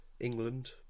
England